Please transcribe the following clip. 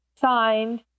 signed